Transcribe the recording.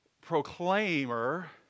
proclaimer